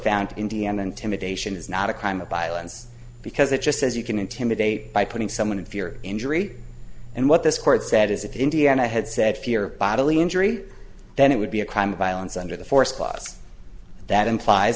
found indiana intimidation is not a crime of violence because it just says you can intimidate by putting someone in fear or injury and what this court said is if indiana had said fear bodily injury then it would be a crime of violence under the force clause that implies